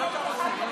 לא.